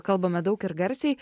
kalbame daug ir garsiai